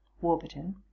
Warburton